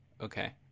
Okay